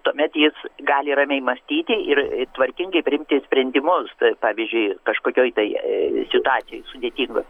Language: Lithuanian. tuomet jis gali ramiai mąstyti ir tvarkingai priimti sprendimus pavyzdžiui kažkokioj tai situacijoj sudėtingoj